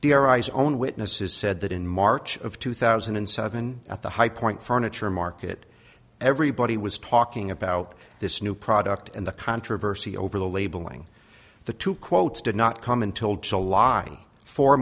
i's own witnesses said that in march of two thousand and seven at the high point furniture market everybody was talking about this new product and the controversy over the labeling the two quotes did not come until july fo